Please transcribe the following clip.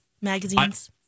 Magazines